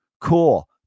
Cool